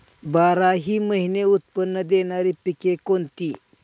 बाराही महिने उत्त्पन्न देणारी पिके कोणती?